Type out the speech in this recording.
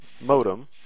modem